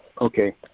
Okay